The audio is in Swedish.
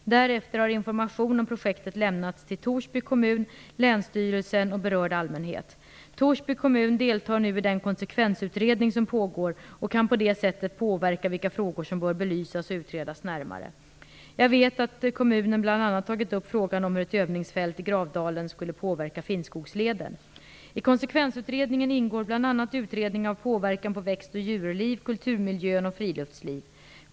Därefter har information om projektet lämnats till Torsby kommun, länsstyrelsen och berörd allmänhet. Torsby kommun deltar nu i den konsekvensutredning som pågår och kan på det sättet påverka vilka frågor som bör belysas och utredas närmare. Jag vet att kommunen bl.a. tagit upp frågan om hur ett övningsfält i I konsekvensutredningen ingår bl.a. utredning av påverkan på växt och djurliv, kulturmiljö och friluftsliv.